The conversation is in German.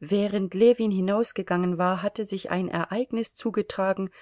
während ljewin hinausgegangen war hatte sich ein ereignis zugetragen